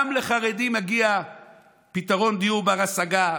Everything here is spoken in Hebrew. גם לחרדים מגיע פתרון דיור בר-השגה,